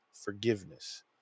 forgiveness